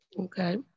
Okay